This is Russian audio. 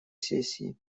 сессии